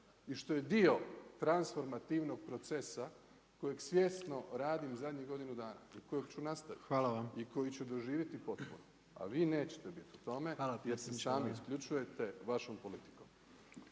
i što je dio tranformativnog procesa kojeg svjesno radim zadnjih godinu dana i kojeg ću nastaviti i koji će doživjeti potporu, a vi nećete biti u tome jer se sami isključujete vašom politikom.